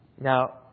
Now